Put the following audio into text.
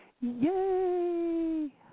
Yay